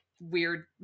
weird